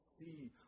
see